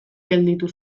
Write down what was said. gelditu